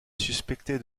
suspecté